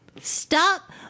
Stop